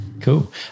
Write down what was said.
Cool